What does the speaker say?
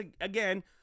again